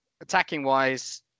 attacking-wise